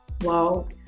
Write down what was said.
Wow